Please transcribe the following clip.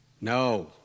No